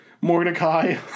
Mordecai